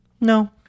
no